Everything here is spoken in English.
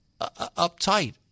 uptight